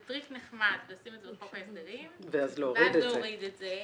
זה טריק נחמד לשים את זה בחוק ההסדרים ואז להוריד את זה.